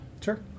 Sure